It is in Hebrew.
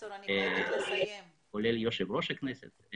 כולל יושב ראש הכנסת.